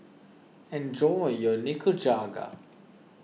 enjoy your Nikujaga